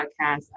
Podcast